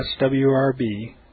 SWRB